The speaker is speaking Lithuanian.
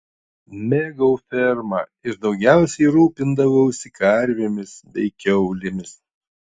mėgau fermą ir daugiausiai rūpindavausi karvėmis bei kiaulėmis